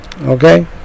Okay